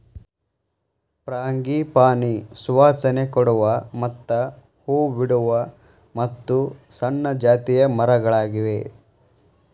frangipani ಸುವಾಸನೆ ಕೊಡುವ ಮತ್ತ ಹೂ ಬಿಡುವ ಮತ್ತು ಸಣ್ಣ ಜಾತಿಯ ಮರಗಳಾಗಿವೆ